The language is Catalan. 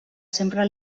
sempre